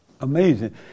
Amazing